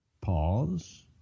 Pause